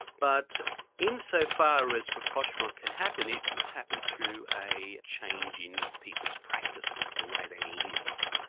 but insofar as rapprochement can happen, it would happen through a change in people's practices, the way they live.